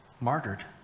martyred